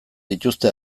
dituzte